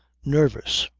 nervous!